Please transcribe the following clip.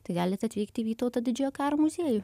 tai galit atvykti į vytauto didžiojo karo muziejų